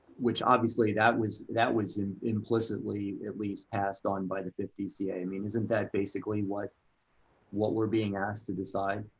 which obviously that was that was implicitly at least passed on by the fifth dca, i mean isn't that basically what what we're being asked to decide?